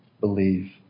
believe